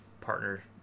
partner